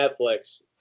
Netflix